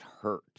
hurt